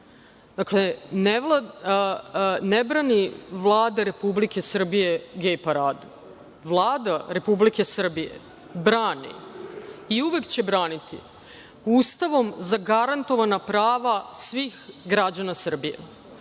paradu“. Ne brani Vlada Republike Srbije „gej paradu“. Vlada Republike Srbije brani i uvek će braniti Ustavom zagarantovana prava svih građana Srbije,